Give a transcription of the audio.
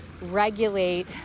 regulate